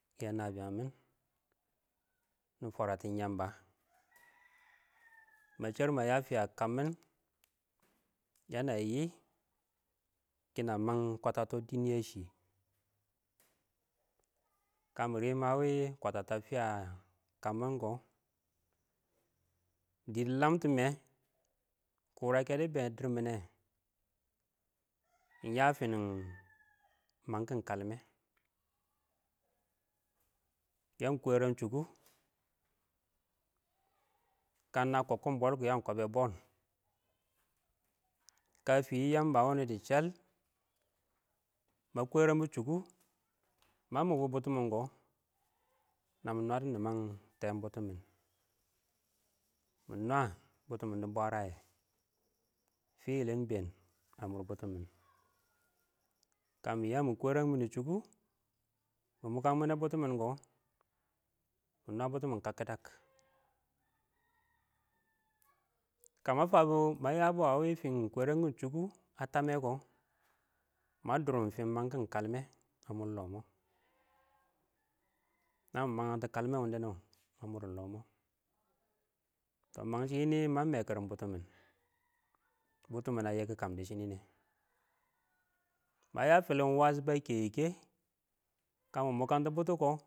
Yɛ nabiyang mɪn na fwaratin yamba ma sher ma ya fɪya kammin, yənəyɪɪ kina mang kwata tɔ dɪn yɛshɪ shɪ kə mɪ riim a wɪ kwatatɔ a fɪya kan mɪn kʊ dɪ dɪ lamtɔ mɪ. Kʊrakɛ dɪ be a dirminne ɪng yə finin məngkɪn ƙəlmɛ ya ɪng kwerang shuku kə ɪng na kobkin boll kɪɪn ya ɪng kobe ball. Kashɪ yəmbə wʊnʊ dɪ səal ma kwɛrənbʊ chʊkʊ mə mʊgbʊ bʊtʊmɪn kʊ nə mʊ nwədʊ nɪmən tɛn bʊtʊmɪn nwa butɔ mɪn mʊ nwə bʊtʊmɪn dɪ bwərənyɛ fɪ yɪlɪn ɪnbɛn ə mʊr bʊtʊmɪn kə mɪyə mɪ kwɛrənyɛ chuku mɪ mukammine bubmin kʊ ma nwa wɪɪn bobmin kakkidak kə ma fabɔ ma yəbɔ ə wɪ fɪn kwɛrɛnyɪn chhʊkʊ ə təmɛ kɔ mə dʊrʊm fɪn məngkɪn kalmɛ a murɪ lo mɔ nə mɪ məyəngtʊ kəlmɛ wʊndɛnɔ ə mʊr lɔmɔ ɪng mənshɪ mə mɛkɪr bʊtʊmɪn bʊtʊmɪn ə yɛkɪƙən dɪ sɔnɪnɛ mə yə fɪlɪnwəs ba keyi kɛ kə mʊ mʊkəntʊ bʊtʊ kɔ.